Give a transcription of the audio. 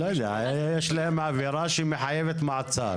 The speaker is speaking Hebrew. יש להם עבירה שמחייבת מעצר.